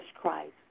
Christ